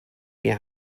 wir